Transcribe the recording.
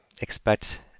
expect